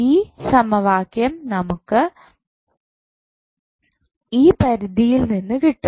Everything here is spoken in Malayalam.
ഈ സമവാക്യം നമുക്ക് ഈ പരിധിയിൽ നിന്ന് കിട്ടും